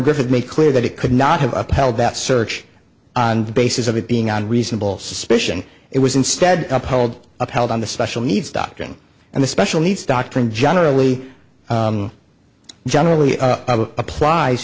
o make clear that it could not have upheld that search on the basis of it being on reasonable suspicion it was instead uphold upheld on the special needs doctrine and the special needs doctrine generally generally applies